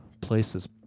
places